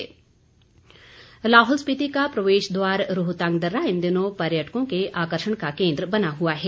रोहतांग लाहौल स्पिति का प्रवेश द्वार रोहतांग दर्रा इन दिनों पर्यटकों के आकर्षण का केन्द्र बना हुआ है